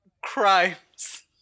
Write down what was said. crimes